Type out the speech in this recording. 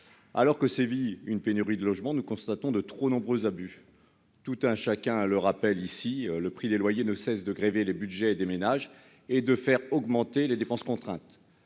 Alors que sévit une pénurie de logements, nous constatons de trop nombreux abus. Tout un chacun le rappelle, le prix des loyers ne cesse de grever les budgets des ménages, en augmentant les dépenses contraintes.